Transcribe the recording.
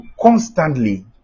constantly